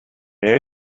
may